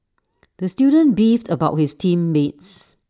the student beefed about his team mates